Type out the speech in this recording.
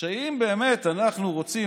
אם באמת אנחנו רוצים,